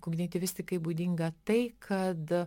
kognityvistikai būdinga tai kad